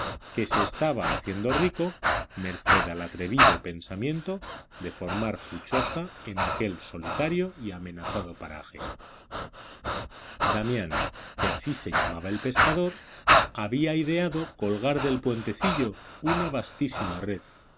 que se estaba haciendo rico merced al atrevido pensamiento de formar su choza en aquel solitario y amenazado paraje damián que así se llamaba el pescador había ideado colgar del puentecillo una vastísima red